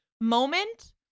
moment